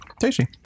Tasty